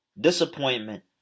Disappointment